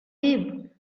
live